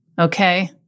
Okay